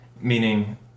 meaning